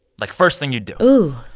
like, first thing you'd do oouu.